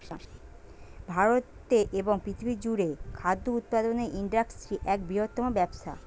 ভারতে এবং পৃথিবী জুড়ে খাদ্য উৎপাদনের ইন্ডাস্ট্রি এক বৃহত্তম ব্যবসা